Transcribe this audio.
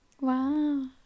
Wow